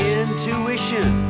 intuition